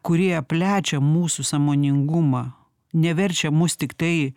kurie plečia mūsų sąmoningumą ne verčia mus tiktai